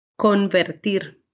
Convertir